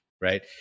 right